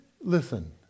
Listen